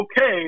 okay